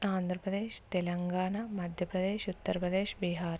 Andhra Pradesh Telangana Madhya Pradesh Uttar Pradesh Bihar